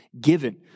given